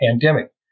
pandemic